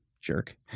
jerk